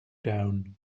down